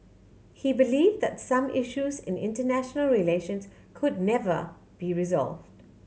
he believe that some issues in international relations could never be resolved